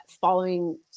following